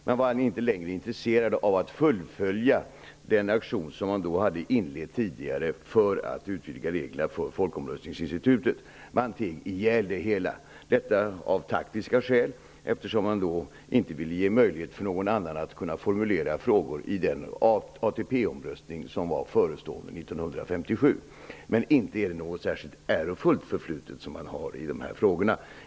Man var inte längre intresserad av att fullfölja den aktion som man tidigare hade inlett för att utvidga reglerna för folkomröstningsinstitutet. Man teg ihjäl det hela -- av taktiska skäl, eftersom man inte ville ge någon annan möjlighet att formulera frågor i den ATP Inte är det ett särskilt ärofullt förflutet som man har i de här frågorna.